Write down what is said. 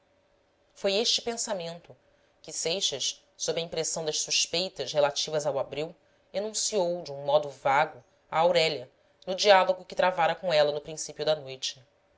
foi este pensamento que seixas sob a impressão das suspeitas relativas ao abreu enunciou de um modo vago a aurélia no diálogo que travara com ela no princípio da noite